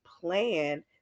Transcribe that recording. plan